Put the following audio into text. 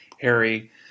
Harry